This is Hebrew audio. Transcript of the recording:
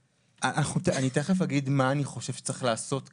ואני תכף אגיד מה אני חושב שצריך לעשות כאן.